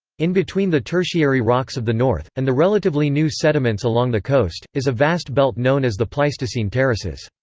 in between the tertiary rocks of the north, and the relatively new sediments along the coast, is a vast belt known as the pleistocene terraces.